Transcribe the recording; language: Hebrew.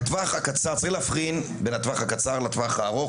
צריך להבחין בין הטווח הקצר לטווח הארוך